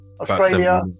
Australia